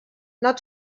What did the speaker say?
not